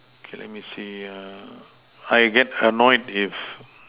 K let me see ah I get annoyed if